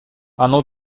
оно